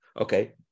Okay